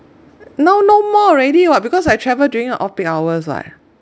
now no more already [what] because I travel during off peak hours [what]